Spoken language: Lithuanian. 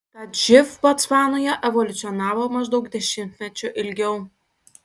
tad živ botsvanoje evoliucionavo maždaug dešimtmečiu ilgiau